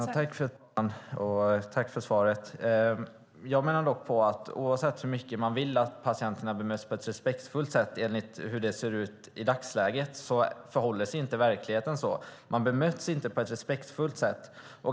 Fru talman! Jag tackar för svaret. Jag menar att oavsett hur mycket man vill att patienterna bemöts på ett respektfullt sätt så är förhållandet i verkligheten inte sådant. Man bemöts inte på ett respektfullt sätt.